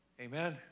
Amen